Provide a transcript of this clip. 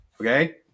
Okay